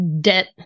debt